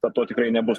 bet to tikrai nebus